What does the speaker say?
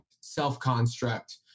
self-construct